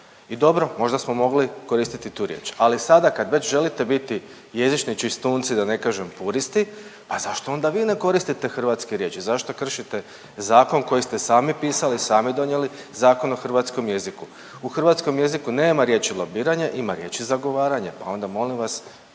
i dobro, možda smo mogli koristiti tu riječ. Ali sada kad već želite biti jezični čistunci da ne kažem puristi, pa zašto onda vi ne koristite hrvatske riječi, zašto kršite zakon koji ste sami pisali, sami donijeli, Zakon o hrvatskom jeziku. U hrvatskom jeziku nema riječi lobiranje ima riječi zagovaranje pa onda molim vas